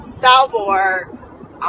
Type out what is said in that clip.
Salvor